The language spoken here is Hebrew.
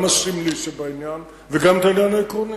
גם הסמלי שבעניין וגם את העניין העקרוני.